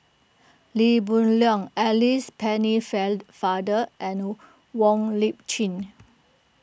Lee Hoon Leong Alice Pennefather and Wong Lip Chin